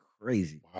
crazy